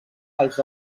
als